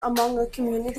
community